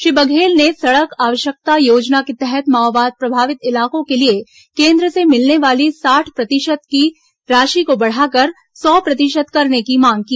श्री बघेल ने सड़क आवश्यकता योजना के तहत माओवाद प्रभावित इलाकों के लिए केन्द्र से मिलने वाली साठ प्रतिशत की राशि को बढ़ाकर सौ प्रतिशत करने की मांग की